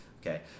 Okay